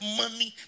money